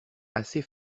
assez